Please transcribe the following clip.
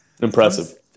Impressive